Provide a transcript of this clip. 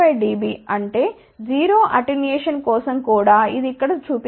5 dB అంటే 0 attenuation కోసం కూడా ఇది ఇక్కడ చూపిస్తుంది